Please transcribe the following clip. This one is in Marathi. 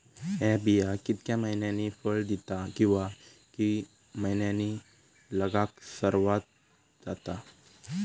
हया बिया कितक्या मैन्यानी फळ दिता कीवा की मैन्यानी लागाक सर्वात जाता?